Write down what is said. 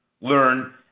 learn